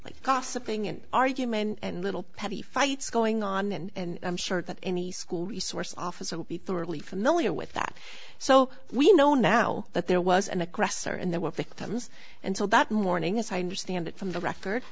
like gossiping and argument and little petty fights going on and i'm sure that any school resource officer would be thoroughly familiar with that so we know now that there was an aggressor and there were victims and so that morning as i understand it from the record